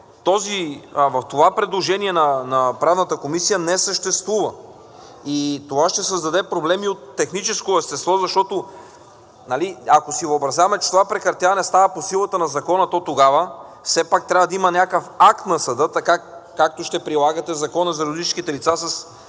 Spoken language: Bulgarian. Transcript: което в това предложение на Правната комисия не съществува, и това ще създаде проблеми от техническо естество, защото, ако си въобразяваме, че това прекратяване става по силата на Закона, то тогава все пак трябва да има някакъв акт на съда, така както ще прилагате Закона за юридическите лица с